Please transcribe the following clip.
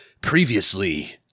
Previously